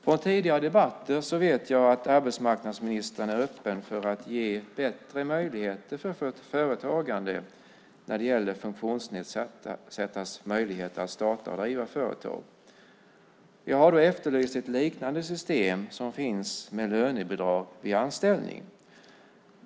Av tidigare debatter vet jag att arbetsmarknadsministern är öppen för att ge bättre förutsättningar för företagande när det gäller funktionsnedsattas möjligheter att starta och driva företag. Jag har efterlyst ett liknande system som finns med lönebidrag vid anställning.